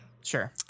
Sure